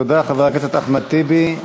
תודה, חבר הכנסת אחמד טיבי.